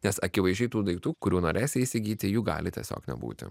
nes akivaizdžiai tų daiktų kurių norėsi įsigyti jų gali tiesiog nebūti